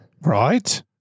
Right